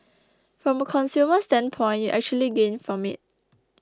from a consumer standpoint you actually gain from it